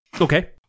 Okay